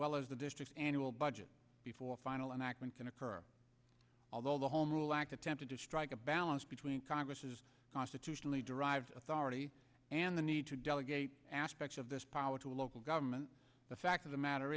well as the day sticks and will budget before final and acting can occur although the home rule act attempted to strike a balance between congress's constitutionally derived authority and the need to delegate aspects of this power to a local government the fact of the matter